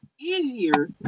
easier